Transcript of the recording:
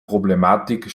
problematik